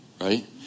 right